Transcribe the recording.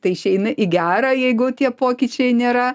tai išeina į gera jeigu tie pokyčiai nėra